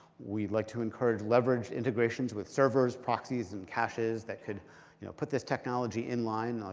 we'd like to encourage leverage integrations with servers, proxies, and caches that could you know put this technology inline.